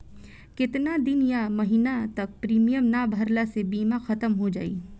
केतना दिन या महीना तक प्रीमियम ना भरला से बीमा ख़तम हो जायी?